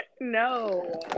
no